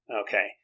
Okay